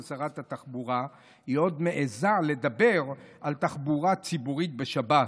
שרת התחבורה היא עוד מעיזה לדבר על תחבורה ציבורית בשבת.